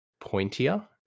pointier